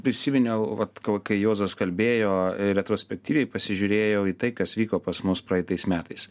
prisiminiau vat ko kai juozas kalbėjo retrospektyviai pasižiūrėjau į tai kas vyko pas mus praeitais metais